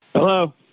Hello